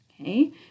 Okay